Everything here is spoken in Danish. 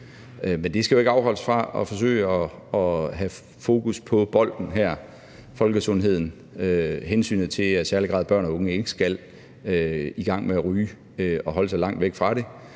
Men det skal jo ikke afholde os fra at forsøge at holde fokus på bolden her, nemlig folkesundheden og i særlig grad hensynet til, at børn og unge ikke skal i gang med at ryge, men holde sig langt væk fra det.